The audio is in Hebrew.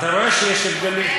אתה רואה שיש הבדלים.